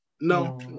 No